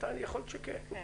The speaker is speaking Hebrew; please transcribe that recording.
יכול להיות שכן,